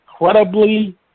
incredibly